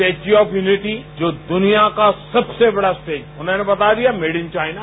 statue of unity जो दूनिया का सबसे बड़ा स्टेज मैने बता दिया मेड इन चाइना